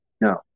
No